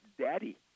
daddy